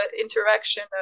interaction